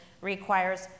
requires